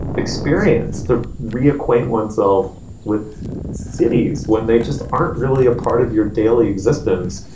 experience to reacquaint oneself with cities when they just aren't really a part of your daily existence